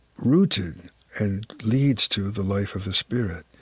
rooted and leads to the life of the spirit.